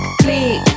click